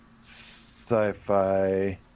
sci-fi